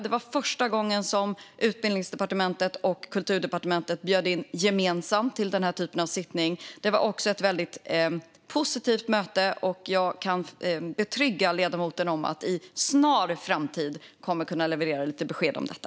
Det var första gången som Utbildningsdepartementet och Kulturdepartementet bjöd in gemensamt till den här typen av sittning. Det var också ett väldigt positivt möte, och jag kan försäkra ledamoten om att vi i en snar framtid kommer att kunna leverera några besked om detta.